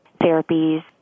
therapies